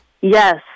Yes